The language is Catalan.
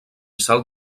salt